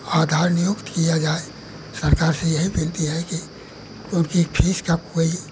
आधार नियुक्त किया जाए सरकार से यही विनती है कि उनकी फीस का कोई